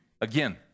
again